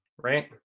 right